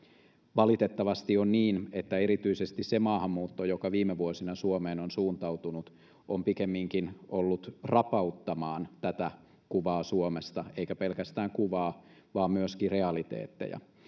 valitettavasti on niin että erityisesti se maahanmuutto joka viime vuosina suomeen on suuntautunut on pikemminkin ollut omiaan rapauttamaan tätä kuvaa suomesta eikä pelkästään kuvaa vaan myöskin realiteetteja